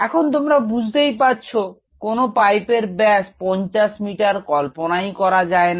এখন তোমরা বুঝতেই পারছ কোন পাইপের ব্যাস 50 মিটার কল্পনাই করা যায় না